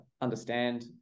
understand